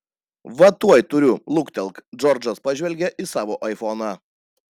va tuoj turiu luktelk džordžas pažvelgė į savo aifoną